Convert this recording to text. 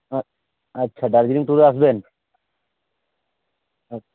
আ আচ্ছা দার্জিলিং ট্যুরে আসবেন আচ্ছা